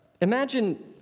Imagine